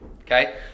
Okay